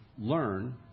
learn